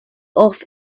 off